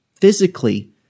physically